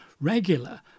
regular